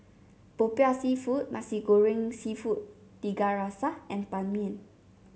popiah seafood Nasi Goreng seafood Tiga Rasa and Ban Mian